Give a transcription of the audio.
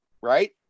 right